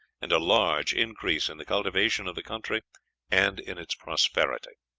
and a large increase in the cultivation of the country and in its prosperity.